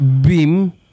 Beam